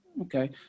okay